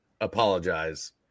apologize